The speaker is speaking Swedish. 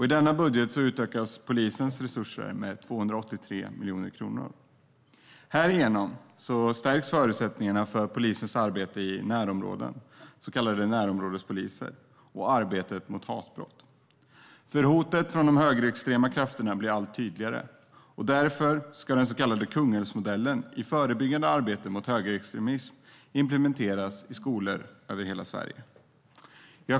I denna budget utökas polisens resurser med 283 miljoner kronor. Härigenom stärks förutsättningarna för polisens arbete i närområden, så kallade närområdespoliser, och arbetet mot hatbrott. Hotet från de högerextrema krafterna blir allt tydligare, och därför ska den så kallade Kungälvsmodellen i det förebyggande arbetet mot högerextremism implementeras i skolor över hela Sverige.